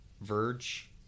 Verge